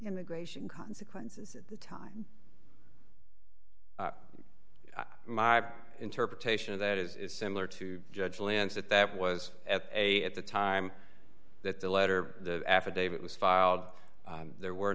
immigration consequences at the time my interpretation of that is is similar to judge lance that that was at a at the time that the letter the affidavit was filed there were